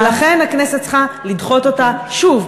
ולכן הכנסת צריכה לדחות אותה שוב,